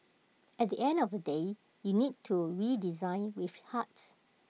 at the end of the day you need to redesign with heart